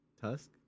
Tusk